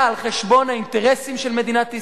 באה על חשבון האינטרסים של מדינת ישראל,